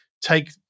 take –